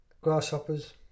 Grasshoppers